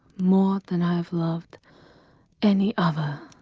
more than i've loved any other,